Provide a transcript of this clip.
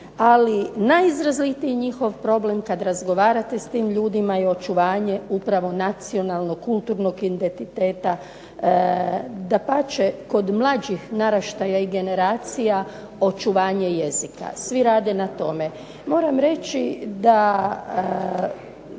ali najizrazitiji njihov problem kad razgovarate s tim ljudima je očuvanje upravo nacionalnog, kulturnog identiteta. Dapače, kod mlađih naraštaja i generacija i očuvanje jezika. Svi rade na tome. Moram reći da